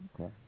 Okay